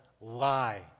lie